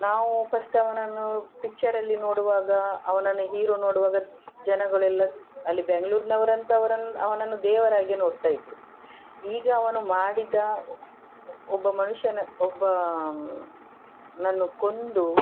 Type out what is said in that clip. ನಾವು ಫಸ್ಟ್ ಅವನನ್ನು ಪಿಚ್ಚರಲ್ಲಿ ನೋಡುವಾಗ ಅವನನ್ನು ಹೀರೋ ನೋಡುವಾಗ ಜನಗುಳೆಲ್ಲ ಅಲ್ಲಿ ಬೆಂಗ್ಳೂರ್ನವರಂತೂ ಅವರನ್ನ ಅವನನ್ನು ದೇವರಾಗೆ ನೋಡ್ತಾ ಇದ್ದರು ಈಗ ಅವನು ಮಾಡಿದ ಒಬ್ಬ ಮನುಷ್ಯನ ಒಬ್ಬನನ್ನು ಕೊಂದು